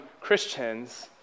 Christians